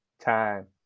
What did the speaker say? time